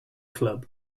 club